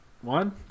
One